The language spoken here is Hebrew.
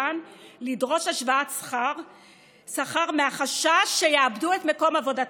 בזכותן לדרוש השוואת שכר מחשש שיאבדו את מקום עבודתן.